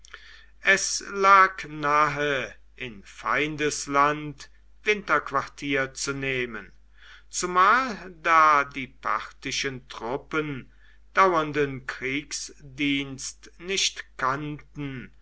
es lag nahe in feindesland winterquartier zu nehmen zumal da die parthischen truppen dauernden kriegsdienst nicht kannten